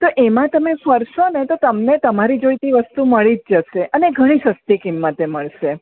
તો એમાં તમે ફરશોને તો તમને તમારી જોઈતી વસ્તુ મળી જ જશે અને ઘણી સસ્તી કિમતે મળશે